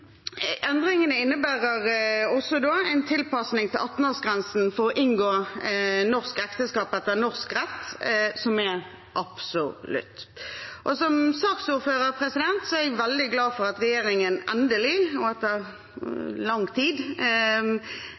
Endringene innebærer også en tilpasning til 18-årsgrensen for å inngå norsk ekteskap etter norsk rett, som er absolutt. Som saksordfører er jeg veldig glad for at regjeringen endelig, riktignok etter lang tid,